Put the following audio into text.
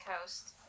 Coast